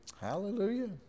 Hallelujah